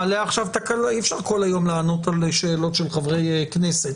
אי אפשר כל היום לענות על שאלות של חברי כנסת.